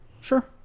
Sure